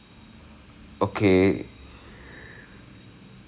like something that I'm good at கிற மாதிரி:kira maathiri